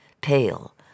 pale